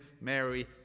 Mary